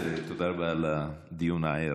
תודה רבה על הדיון הער.